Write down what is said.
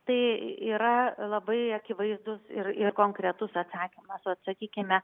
tai yra labai akivaizdus ir ir konkretus atsakymas vat sakykime